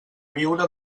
viure